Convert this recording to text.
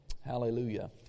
Hallelujah